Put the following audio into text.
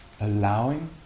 allowing